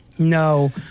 No